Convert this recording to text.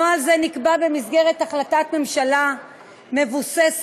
נוהל זה נקבע במסגרת החלטת ממשלה המבוססת